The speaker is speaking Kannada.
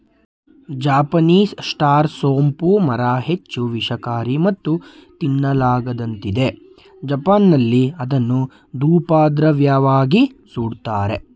ಜಪಾನೀಸ್ ಸ್ಟಾರ್ ಸೋಂಪು ಮರ ಹೆಚ್ಚು ವಿಷಕಾರಿ ಮತ್ತು ತಿನ್ನಲಾಗದಂತಿದೆ ಜಪಾನ್ನಲ್ಲಿ ಅದನ್ನು ಧೂಪದ್ರವ್ಯವಾಗಿ ಸುಡ್ತಾರೆ